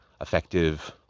effective